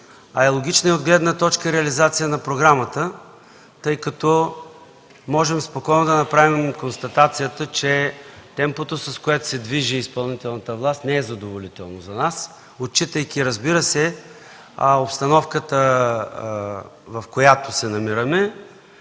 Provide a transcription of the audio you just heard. Логична и от гледна точка на реализация на програмата, тъй като можем спокойно да направим констатацията, че темпото, с което се движи изпълнителната власт, не е задоволително за нас, отчитайки, разбира се, обстановката, в която се намираме